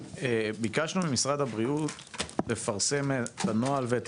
ביקשנו ממשרד הבריאות לפרסם את הנוהל ואת